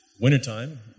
Wintertime